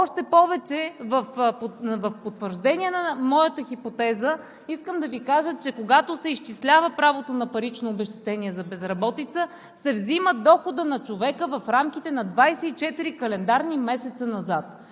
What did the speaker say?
осигурявали. В потвърждение на моята хипотеза искам да Ви кажа, че когато се изчислява правото на парично обезщетение за безработица, се взема доходът на човека в рамките на 24 календарни месеца назад.